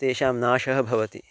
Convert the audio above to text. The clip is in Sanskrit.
तेषां नाशः भवति